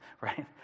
right